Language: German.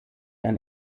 ein